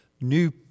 new